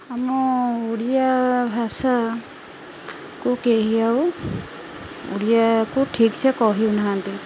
ଆମ ଓଡ଼ିଆ ଭାଷାକୁ କେହି ଆଉ ଓଡ଼ିଆକୁ ଠିକ୍ସେ କହୁନାହାନ୍ତି